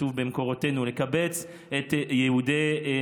כתוב במקורותינו: "מקבץ נדחי עמו ישראל" לקבץ את יהודי התפוצות,